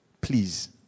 Please